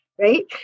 right